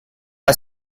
are